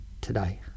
today